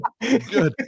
good